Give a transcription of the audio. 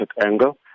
angle